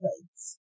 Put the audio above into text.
plates